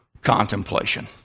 contemplation